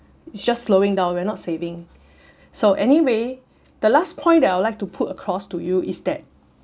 just slowing down we're not saving so anyway the last point that I'd like to put across to you is that